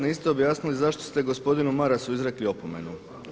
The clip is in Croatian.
Niste objasnili zašto ste gospodinu Marasu izrekli opomenu.